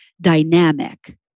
dynamic